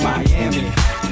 Miami